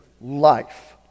life